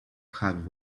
have